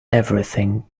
everything